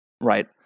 right